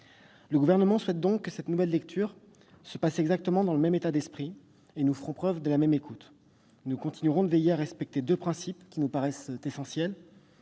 Le Gouvernement souhaite que cette nouvelle lecture se déroule dans l'exact même état d'esprit. Nous ferons ainsi preuve de la même écoute. Nous continuerons aussi à respecter deux principes qui nous paraissent essentiels.